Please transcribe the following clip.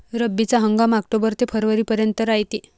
रब्बीचा हंगाम आक्टोबर ते फरवरीपर्यंत रायते